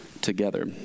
together